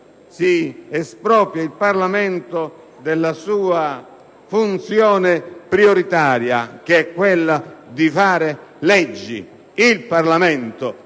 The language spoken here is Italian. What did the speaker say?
si espropria il Parlamento della sua funzione prioritaria, che è quella di fare le leggi. Il Parlamento